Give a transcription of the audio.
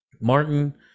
martin